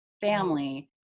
family